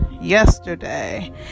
yesterday